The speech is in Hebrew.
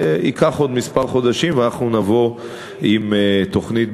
וייקח עוד כמה חודשים עד שנבוא עם תוכנית,